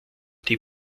die